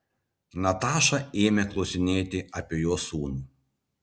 nataša ėmė klausinėti apie jo sūnų